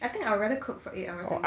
I think I'd rather cook for eight hours than mop